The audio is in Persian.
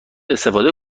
استفاده